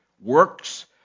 Works